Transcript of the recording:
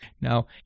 Now